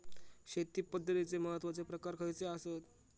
शेती पद्धतीचे महत्वाचे प्रकार खयचे आसत?